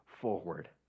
forward